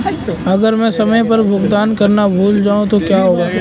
अगर मैं समय पर भुगतान करना भूल जाऊं तो क्या होगा?